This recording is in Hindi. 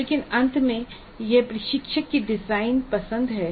लेकिन अंत में यह प्रशिक्षक की डिजाइन पसंद है